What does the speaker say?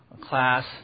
class